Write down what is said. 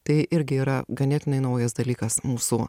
tai irgi yra ganėtinai naujas dalykas mūsų